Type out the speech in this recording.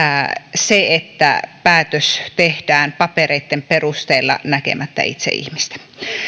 se että päätös tehdään papereitten perusteella näkemättä itse ihmistä